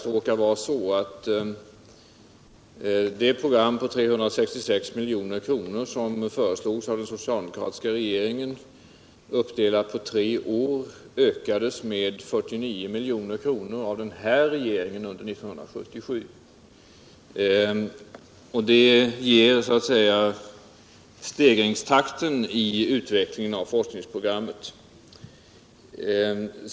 Det råkar faktiskt vara så att det program på 366 milj.kr. som föreslås av den socialdemokratiska regeringen, uppdelat på tre år. ökades med 49 milj.kr. av den här regeringen under 1977. Det visar stegringstakten i utvecklingen av forskningsprogrammet.